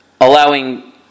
allowing